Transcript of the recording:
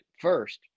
First